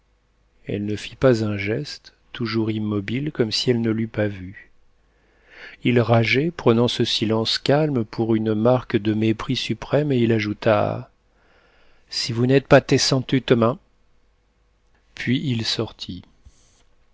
elle ne fit pas un geste toujours immobile comme si elle ne l'eût pas vu il rageait prenant ce silence calme pour une marque de mépris suprême et il ajouta si vous n'êtes pas tescentue temain puis il sortit